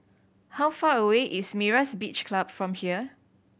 how far away is Myra's Beach Club from here